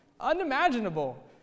unimaginable